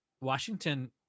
Washington